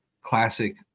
classic